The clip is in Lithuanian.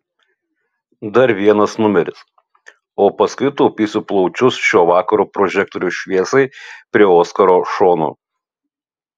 dar vienas numeris o paskui taupysiu plaučius šio vakaro prožektorių šviesai prie oskaro šono